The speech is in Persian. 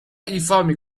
ایفا